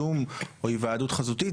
זום או היוועדות חזותית.